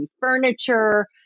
furniture